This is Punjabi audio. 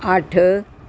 ਅੱਠ